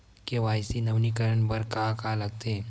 KYC नवीनीकरण बर का का लगथे?